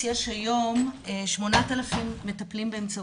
אני מצטרפת למה שאמרו קודמי אני אגיד שאני לא אשת מקצוע ואני אישית